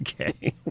Okay